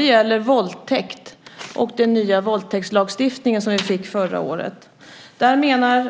Det gäller våldtäkt och den nya våldtäktslagstiftning som vi fick förra året.